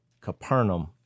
Capernaum